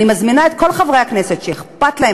אני מזמינה את כל חברי הכנסת שאכפת להם